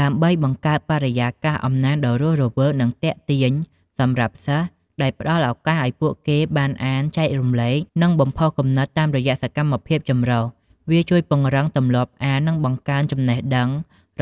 ដើម្បីបង្កើតបរិយាកាសអំណានដ៏រស់រវើក និងទាក់ទាញសម្រាប់សិស្ស ដោយផ្តល់ឱកាសឱ្យពួកគេបានអាន ចែករំលែក និងបំផុសគំនិតតាមរយៈសកម្មភាពចម្រុះ វាជួយពង្រឹងទម្លាប់អាន និង បង្កើនចំណេះដឹង